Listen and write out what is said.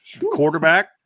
Quarterback